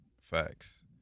Facts